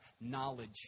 knowledge